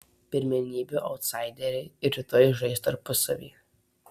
pirmenybių autsaideriai rytoj žais tarpusavyje